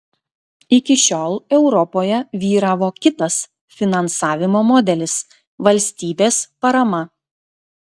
iki šiol europoje vyravo kitas finansavimo modelis valstybės parama